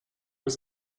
was